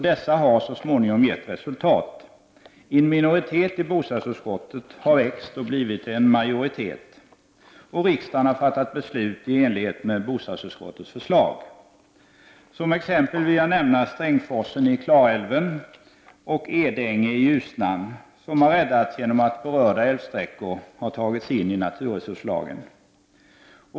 Dessa har så småningom gett resultat. En minoritet i bostadsutskottet har växt och blivit en majoritet. Riksdagen har fattat beslut i enlighet med bostadsutskottets förslag. Som exempel kan jag nämna Strängsforsen i Klarälven och Edänge i Ljusnan, som har räddats genom att berörda älvsträckor har tagits in i naturresurslagen.